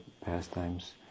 pastimes